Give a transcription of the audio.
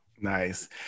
nice